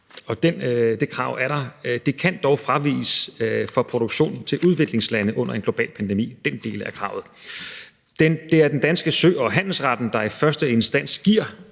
Det krav kan dog fraviges for produktion til udviklingslande under en global pandemi. I Danmark er det Sø- og Handelsretten, der i første instans giver